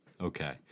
Okay